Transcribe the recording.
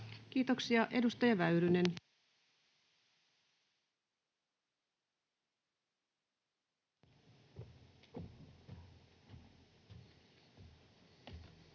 Kiitoksia. — Edustaja Väyrynen.